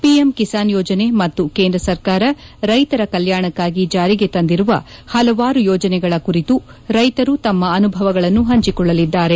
PM Kisan ಯೋಜನೆ ಮತ್ತು ಕೇಂದ್ರ ಸರ್ಕಾರ ರೈತರ ಕಲ್ಕಾಣಕ್ಕಾಗಿ ಜಾರಿಗೆ ತಂದಿರುವ ಹಲವಾರು ಯೋಜನೆಗಳ ಕುರಿತು ರೈತರು ತಮ್ಮ ಅನುಭವಗಳನ್ನು ಹಂಚಿಕೊಳ್ಳಲಿದ್ದಾರೆ